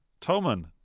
Toman